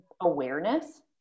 awareness